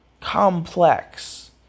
complex